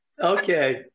Okay